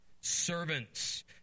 servants